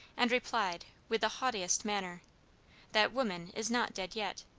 and replied, with the haughtiest manner that woman is not dead yet